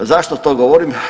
Zašto to govorim?